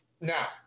Now